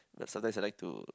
but sometimes I like to like